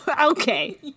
Okay